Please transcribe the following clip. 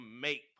make